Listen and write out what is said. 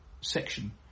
section